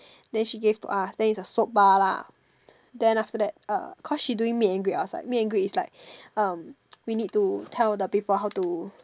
then she gave to us then is a soap bar lah then after that uh cause she doing meet and greet outside meet and greet is like um we need to tell the people how to